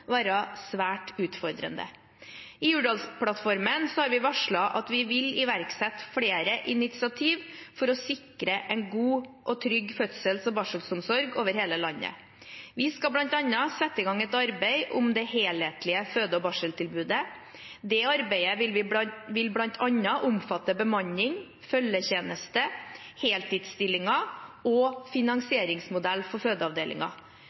være svært utfordrende. I Hurdalsplattformen har vi varslet at vi vil iverksette flere initiativ for å sikre en god og trygg fødsels- og barselomsorg over hele landet. Vi skal bl.a. sette i gang et arbeid om det helhetlige føde- og barseltilbudet. Dette arbeidet vil bl.a. omfatte bemanning, følgetjeneste, heltidsstillinger og finansieringsmodell for